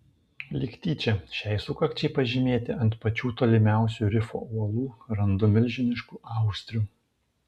lyg tyčia šiai sukakčiai pažymėti ant pačių tolimiausių rifo uolų randu milžiniškų austrių